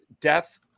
death